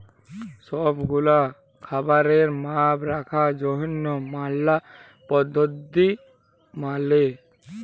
সব গুলা খাবারের মাপ রাখার জনহ ম্যালা পদ্ধতি মালে